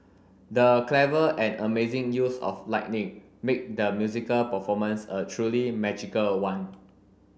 the clever and amazing use of lightning make the musical performance a truly magical one